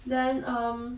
then um